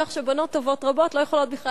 כך שבנות טובות רבות לא יכולות בכלל